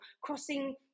crossing